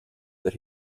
that